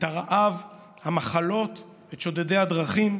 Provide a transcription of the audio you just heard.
את הרעב, המחלות, את שודדי הדרכים.